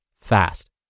fast